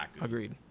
Agreed